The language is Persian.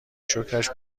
شکرش